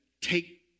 take